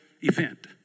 event